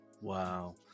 Wow